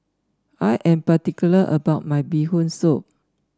I am particular about my Bee Hoon Soup